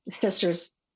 sister's